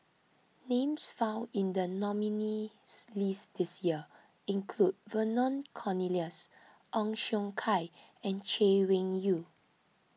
names found in the nominees' list this year include Vernon Cornelius Ong Siong Kai and Chay Weng Yew